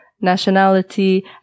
nationality